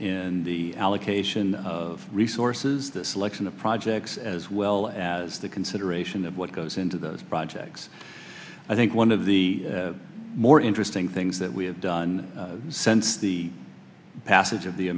in the allocation of resources the selection of projects as well as the consideration of what goes into those projects i think one of the more interesting things that we have done since the passage of the